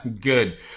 good